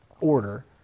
order